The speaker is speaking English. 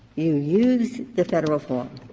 you use the federal form,